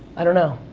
i don't know,